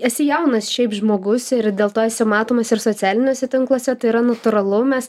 esi jaunas šiaip žmogus ir dėl to esi matomas ir socialiniuose tinkluose tai yra natūralu mes